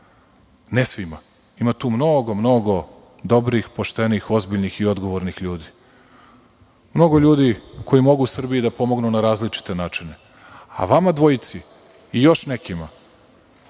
Ne svima. Ima tu mnogo, mnogo dobrih, poštenih, ozbiljnih i odgovornih ljudi. Mnogo ljudi koji mogu Srbiji da pomognu na različite načine, a vama dvojici i još nekima,